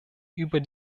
über